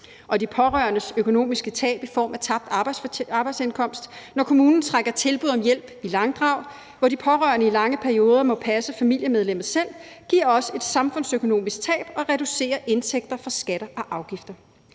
Og de pårørendes økonomiske tab i form af tabt arbejdsindkomst, når kommunen trækker tilbud om hjælp i langdrag, så de pårørende i lange perioder må passe familiemedlemmet selv, giver også et samfundsøkonomisk tab og reducerer indtægter fra skatter og afgifter.